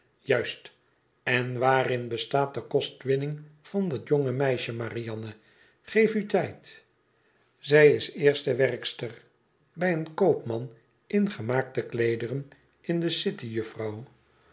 juist en waarin bestaat de kostwinning van dat jonge meisje marianne geef u tijd zij is eerste werkster bij een koopman in gemaakte kleederen in de city juffrouw